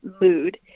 mood